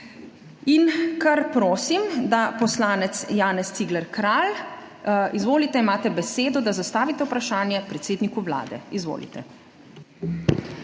In kar prosim, poslanec Janez Cigler Kralj, izvolite, imate besedo, da zastavite vprašanje predsedniku Vlade. Izvolite.